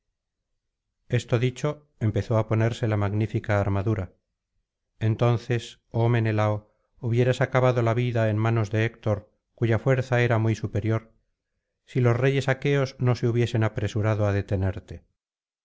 esto dicho empezó á ponerse la magnífica armadura entonces oh menelao hubieras acabado la vida en manos de héctor cuya fuerza era muy superior si los reyes aqueos no se hubiesen apresurado á detenerte